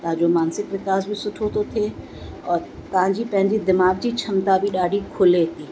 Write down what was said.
तव्हां जो मानसिक विकास बि सुठो थो थिए और तव्हां जी पंहिंजी दिमाग़ की क्षमता बि ॾाढी खुले थी